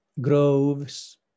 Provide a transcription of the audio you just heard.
groves